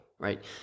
right